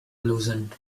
loosened